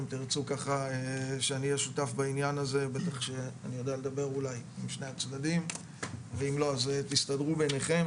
אם תרצו ככה שאני אהיה שותך לעניין הזה ואם לא אז תסתדרו ביניכם.